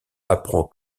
apprend